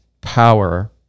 power